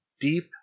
Deep